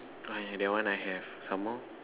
I have that one I have some more